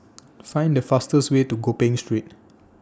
Find The fastest Way to Gopeng Street